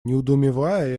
недоумевая